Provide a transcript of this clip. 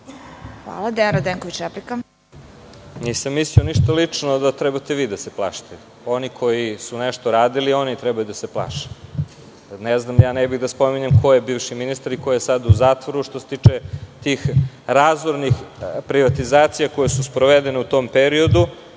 **Dejan Radenković** Nisam mislio ništa lično da trebate vi da se plašite. Oni koji su nešto radili, oni treba da se plaše. Ne bih da spominjem ko je bivši ministar i ko je sada u zatvoru što se tiče tih razornih privatizacija koje su sprovedene u tom periodu